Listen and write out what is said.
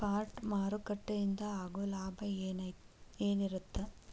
Spot ಮಾರುಕಟ್ಟೆಯಿಂದ ಆಗೋ ಲಾಭ ಏನಿರತ್ತ?